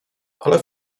ale